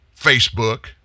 Facebook